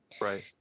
Right